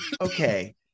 Okay